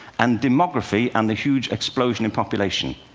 and demography and the huge explosion in population.